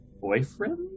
boyfriend